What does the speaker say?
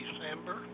December